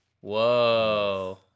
Whoa